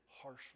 harshly